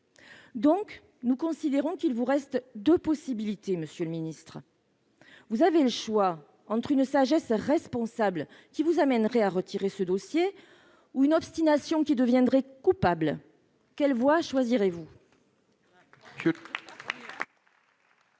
Nous considérons donc qu'il vous reste deux possibilités, monsieur le ministre : vous avez le choix entre une sagesse responsable qui vous amènerait à retirer ce dossier ou une obstination qui deviendrait coupable. Quelle voie choisirez-vous ?